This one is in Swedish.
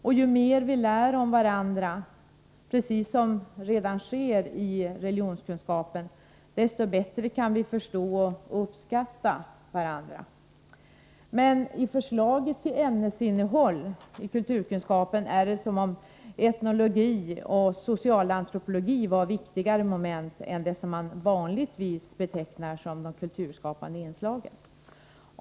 Och ju mer vi lär om varandra, precis som vi redan gör i religionskunskapen, desto bättre kan vi förstå och uppskatta varandra. Men i förslaget till ämnesinnehåll i kulturkunskapen är det som om etnologi och socialantropologi var viktigare moment än det som man vanligtvis betecknar som kulturskapande inslag.